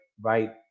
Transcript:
right